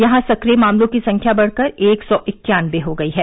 यहां सक्रिय मामलों की संख्या बढ़कर एक सौ इक्यानबे हो गयी है